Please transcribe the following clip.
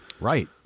Right